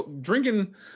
drinking